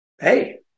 hey